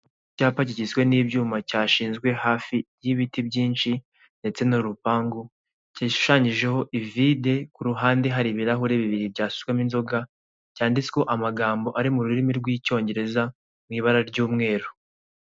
Icyapa kigizwe n'ibyuma cyashinzwe hafi n'ibiti byinshi ndetse n'urupangu gishishanyijeho ivide k'uruhande hari ibirahure bibiri byashizemo inzoga cyanditse amagambo yanditse m'ururimi rw'icyongereza mu ibara ry'umweru.